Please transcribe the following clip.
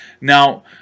Now